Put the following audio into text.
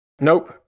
Nope